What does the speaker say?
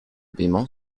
paiement